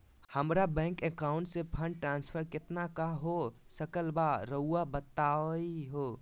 हमरा bank account से fund transfer कितना का हो सकल बा रुआ बताई तो?